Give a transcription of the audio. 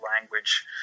language